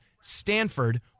Stanford